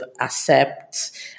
accept